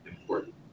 important